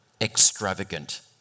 extravagant